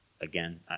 Again